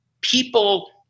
people